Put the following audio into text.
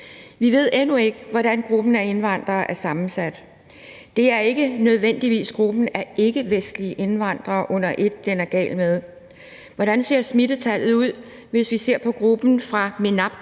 Vi ved endnu ikke, hvordan gruppen af indvandrere er sammensat. Det er ikke nødvendigvis gruppen af ikkevestlige indvandrere under et, den er gal med. Hvordan ser smittetallet ud, hvis vi ser på gruppen fra